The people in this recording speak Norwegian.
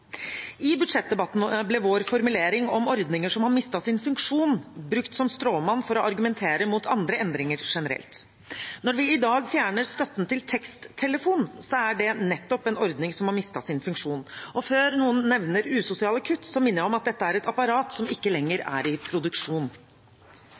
I budsjettdebatten ble vår formulering om ordninger som har mistet sin funksjon, brukt som stråmann for å argumentere mot andre endringer generelt. Når vi i dag fjerner støtten til teksttelefon, er det nettopp en ordning som har mistet sin funksjon. Og før noen nevner usosiale kutt, minner jeg om at dette er et apparat som ikke lenger